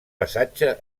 passatge